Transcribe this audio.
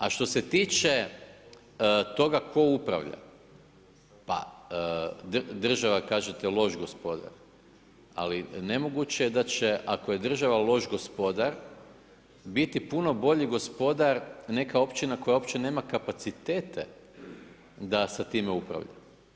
A što se tiče toga tko upravlja, pa država kažete je loš gospodar, ali nemoguće da će ako je država loš gospodar, biti puno bolji gospodar a neka općina koja uopće nema kapacitete da sa time upravlja.